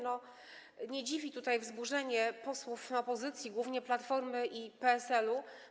Nie dziwi tutaj wzburzenie posłów opozycji, głównie Platformy i PSL-u.